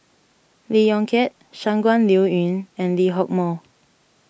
Lee Yong Kiat Shangguan Liuyun and Lee Hock Moh